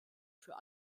für